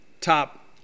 top